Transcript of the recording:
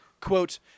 quote